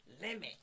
limit